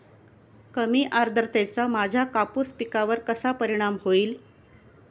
कमी आर्द्रतेचा माझ्या कापूस पिकावर कसा परिणाम होईल?